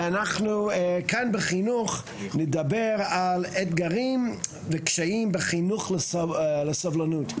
ואנחנו כאן בחינוך נדבר על אתגרים וקשיים בחינוך לסובלנות.